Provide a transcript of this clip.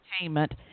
entertainment